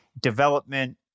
development